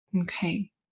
Okay